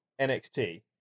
NXT